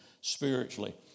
spiritually